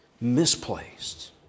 Misplaced